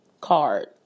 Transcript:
card